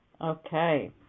Okay